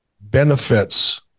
benefits